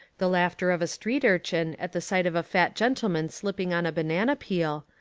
the laughter of a street urchin at the sight of a fat gentleman slipping on a banana peel,